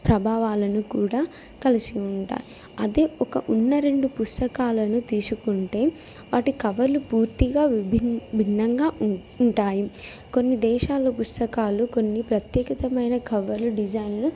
ప్రభావాలను కూడా కలిసి ఉంటాయి అదే ఒక ఉన్న రెండు పుస్తకాలను తీసుకుంటే వాటి కవర్లు పూర్తిగా విభిన్ భిన్నంగా ఉ ఉంటాయి కొన్ని దేశాల పుస్తకాలు కొన్ని ప్రత్యేకతమైన కవర్లు డిజైన్లు